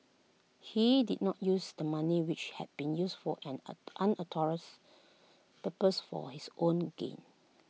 he did not use the money which had been used for an an unauthorised purpose for his own gain